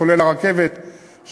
כולל הרכבת,